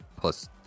plus